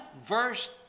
verse